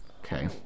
Okay